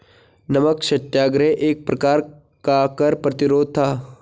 नमक सत्याग्रह एक प्रकार का कर प्रतिरोध था